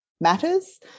matters